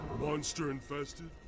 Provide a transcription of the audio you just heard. monster-infested